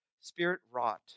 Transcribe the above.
spirit-wrought